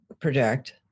project